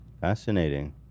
fascinating